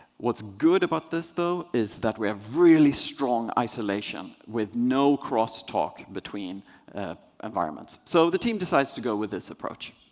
what's good about this, though, is that we have really strong isolation with no crosstalk between environments so the team decides to go with this approach.